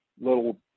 little